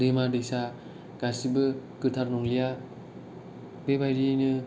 दैमा दैसा गासिबो गोथार नंलिया बेबादियैनो